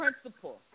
principle